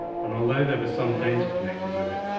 and although there was some danger connected with it,